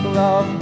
love